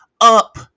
up